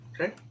Okay